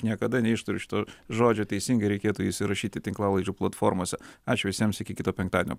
niekada neištariu šito žodžio teisingai reikėtų įsirašyti tinklalaidžių platformose ačiū visiems iki kito penktadienio